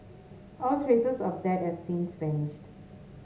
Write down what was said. all traces of that have since vanished